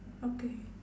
okay